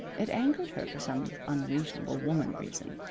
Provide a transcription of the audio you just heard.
it angered her for some unreasonable woman-reason.